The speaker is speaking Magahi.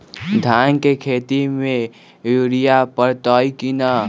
धान के खेती में यूरिया परतइ कि न?